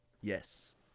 Yes